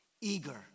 eager